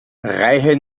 reihe